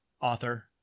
Author